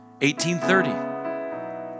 1830